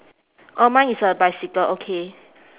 oh mine is a bicycle okay